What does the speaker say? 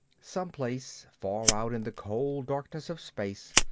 someplace, far out in the cold darkness of space,